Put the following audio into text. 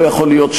לא יכול להיות,